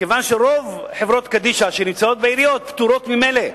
כיוון שרוב חברות קדישא שנמצאות בעיריות פטורות ממילא.